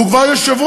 והוא כבר יושב-ראש,